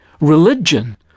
Religion